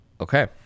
Okay